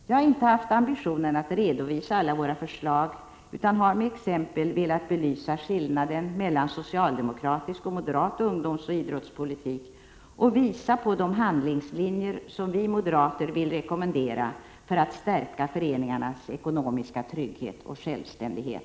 Jag har inte haft ambitionen att redovisa alla våra förslag, utan har med exempel velat belysa skillnaden mellan socialdemokratisk och moderat ungdomsoch idrottspolitik samt visa på de handlingslinjer som vi moderater vill rekommendera för att stärka föreningarnas ekonomiska trygghet och självständighet.